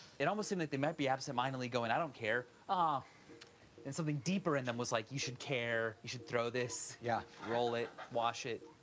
it almost seemed like they might be absent-mindedly going i don't care, ah and something deeper in them was like, you should care, you should throw this, yeah. roll it, wash it,